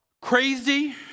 crazy